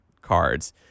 cards